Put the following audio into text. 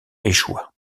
échoua